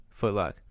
footlock